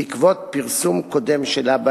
בעקבות פרסום קודם שלה בעניין,